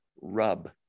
rub